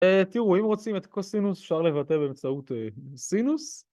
תראו אם רוצים את קוסינוס אפשר לבטא באמצעות סינוס